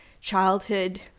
childhood